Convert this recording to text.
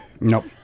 Nope